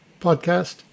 podcast